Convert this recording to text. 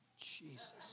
Jesus